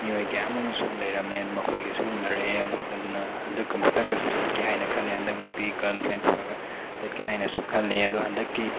ꯃꯤꯑꯣꯏ ꯀꯌꯥ ꯑꯃꯁꯨ ꯂꯩꯔꯝꯃꯦ ꯃꯈꯣꯏꯒꯁꯨ ꯎꯅꯔꯛꯑꯦ ꯑꯃꯨꯛ ꯑꯗꯨꯅ ꯍꯟꯗꯛ ꯑꯃꯨꯛ ꯇꯪꯒꯁꯨ ꯆꯠꯀꯦ ꯍꯥꯏꯅ ꯈꯜꯂꯦ ꯍꯟꯗꯛꯃꯨꯛꯇꯤ ꯒꯔꯜ ꯐ꯭ꯔꯦꯟ ꯄꯨꯔꯒ ꯆꯠꯀꯦ ꯍꯥꯏꯅꯁꯨ ꯈꯜꯂꯦ ꯑꯗꯣ ꯍꯟꯗꯛꯀꯤ